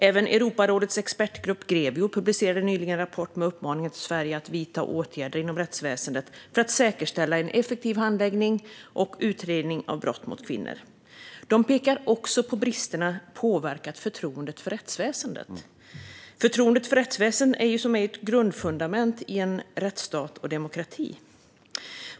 Även Europarådets expertgrupp Grevio publicerade nyligen en rapport med uppmaningen till Sverige att vidta åtgärder inom rättsväsendet för att säkerställa en effektiv handläggning och utredning av brott mot kvinnor. De pekar också på att bristerna påverkat förtroendet för rättsväsendet. Förtroendet för rättsväsendet är ett grundfundament i en rättsstat och en demokrati.